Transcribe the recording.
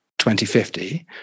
2050